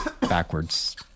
backwards